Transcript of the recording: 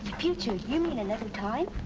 future, you mean another time?